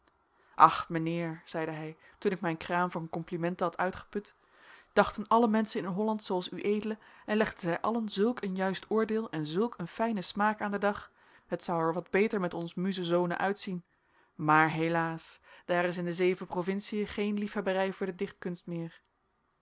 ach mijnheer zeide hij toen ik mijn kraam van complimenten had uitgeput dachten alle menschen in holland zooals ued en legden zij allen zulk een juist oordeel en zulk een fijnen smaak aan den dag het zou er wat beter met ons muzenzonen uitzien maar helaas daar is in de zeven provinciën geen liefhebberij voor de dichtkunst meer